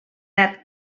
set